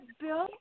Bill